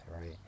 right